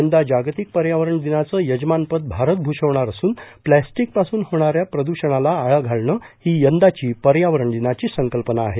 यंदा जागतिक पर्यावरण दिनाचं यजमानपद भारत भूषवणार असून प्लॅस्टिकपासून होणाऱ्या प्रदूषणाला आळा घालणं ही यंदाची पर्यावरण दिनाची सकल्पना आहे